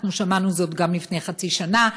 אנחנו שמענו זאת גם לפני חצי שנה.